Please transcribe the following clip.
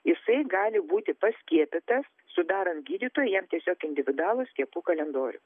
jisai gali būti paskiepytas sudarant gydytojui jam tiesiog individualų skiepų kalendorių